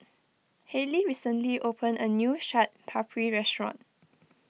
Hallie recently opened a new Chaat Papri restaurant